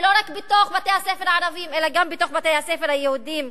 ולא רק בתוך בתי-הספר הערביים אלא גם בתוך בתי-הספר היהודיים.